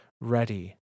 ready